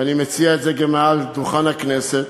ואני מציע את זה גם מעל דוכן הכנסת,